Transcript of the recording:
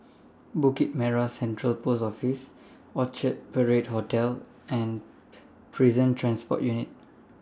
Bukit Merah Central Post Office Orchard Parade Hotel and Prison Transport Unit